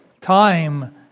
time